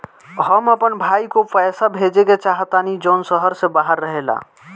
हम अपन भाई को पैसा भेजे के चाहतानी जौन शहर से बाहर रहेला